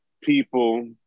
people